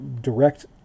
direct